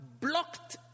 blocked